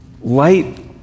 Light